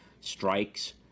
strikes